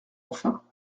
enfin